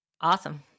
Awesome